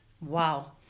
Wow